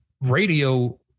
radio